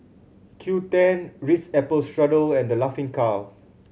Qoo ten Ritz Apple Strudel and The Laughing Cow